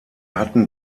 hatten